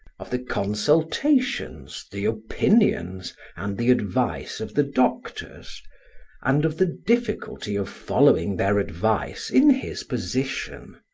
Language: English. of the consultations, the opinions and the advice of the doctors and of the difficulty of following their advice in his position.